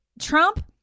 Trump